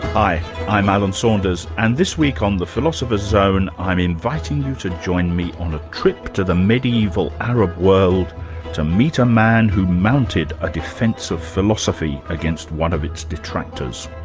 i'm alan saunders, and this week on the philosopher's zone i'm inviting you to join me on a trip to the medieval arab world to meet a man who mounted a defence of philosophy against one of its detractors.